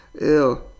Ew